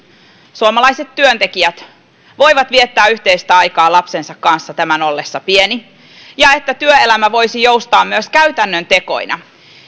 suomalaiset työntekijät voivat viettää yhteistä aikaa lapsensa kanssa tämän ollessa pieni ja että työelämä voisi joustaa myös käytännön tekoina